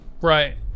right